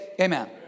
Amen